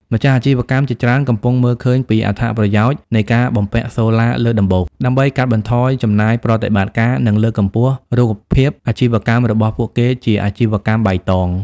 ម្ចាស់អាជីវកម្មជាច្រើនកំពុងមើលឃើញពីអត្ថប្រយោជន៍នៃការបំពាក់សូឡាលើដំបូល ដើម្បីកាត់បន្ថយចំណាយប្រតិបត្តិការ និងលើកកម្ពស់រូបភាពអាជីវកម្មរបស់ពួកគេជា "អាជីវកម្មបៃតង"។